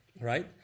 right